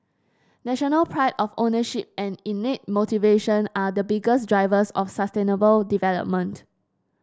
national pride of ownership and innate motivation are the biggest drivers of sustainable development